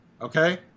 okay